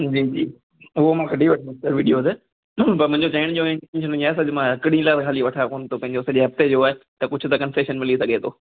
जी जी उहो मां कढी वठंदुमि सर वीडियो त पर मुंहिंजो चवण जो इंटेंशन ईअ आहे त मां हिकु ॾींहुं लाइ ख़ाली वठां कोन्ह थो पंहिंजो सॼे हफ़्ते जो आहे त कुझु त कंसेशन मिली सघे थो